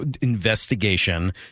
investigation